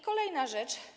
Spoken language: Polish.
Kolejna rzecz.